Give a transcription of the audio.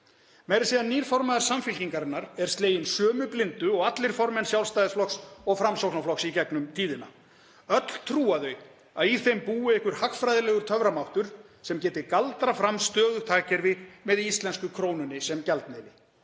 að segja nýr formaður Samfylkingarinnar er sleginn sömu blindu og allir formenn Sjálfstæðisflokks og Framsóknarflokks í gegnum tíðina. Öll trúa því að í þeim búi einhver hagfræðilegur töframáttur sem geti galdrað fram stöðugt hagkerfi með íslensku krónuna sem gjaldmiðil.